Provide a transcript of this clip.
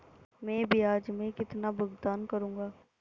मैं ब्याज में कितना भुगतान करूंगा?